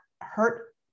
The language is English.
hurt